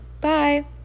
Bye